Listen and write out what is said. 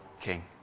King